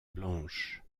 blanche